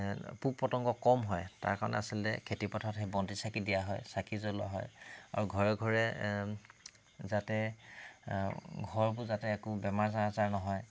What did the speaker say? পোক পতংগ কম হয় তাৰ কাৰণে আচলতে খেতিপথাৰত সেই বন্তি চাকি দিয়া হয় চাকি জ্বলোৱা হয় আৰু ঘৰে ঘৰে যাতে ঘৰতো যাতে একো বেমাৰ আজাৰ নহয়